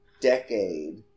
decade